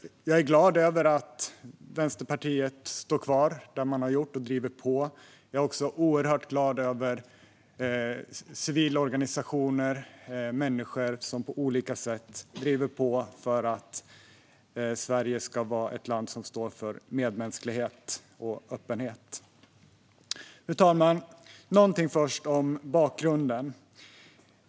Jag är glad över att Vänsterpartiet står kvar och driver på, och jag är också oerhört glad över civilorganisationer och människor som på olika sätt driver på för att Sverige ska vara ett land som står för medmänsklighet och öppenhet. Fru talman! Låt mig först säga något om bakgrunden.